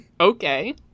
Okay